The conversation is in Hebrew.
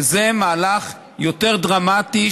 שזה מהלך יותר דרמטי,